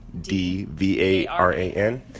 d-v-a-r-a-n